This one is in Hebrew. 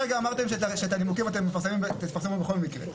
הרגע אמרתם שאתם הנימוקים את תפרסמו בכל מקרה.